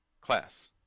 class